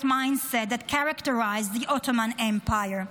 mindset that characterized the Ottoman Empire.